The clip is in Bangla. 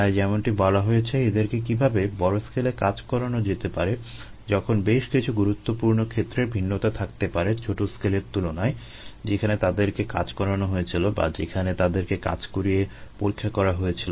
তাই যেমনটি বলা হয়েছে এদেরকে কীভাবে বড় স্কেলে কাজ করানো যেতে পারে যখন বেশ কিছু গুরুত্বপূর্ণ ক্ষেত্রে ভিন্নতা থাকতে পারে ছোট স্কেলের তুলনায় যেখানে তাদেরকে কাজ করানো হয়েছিলো বা যেখানে তাদেরকে কাজ করিয়ে পরীক্ষা করা হয়েছিলো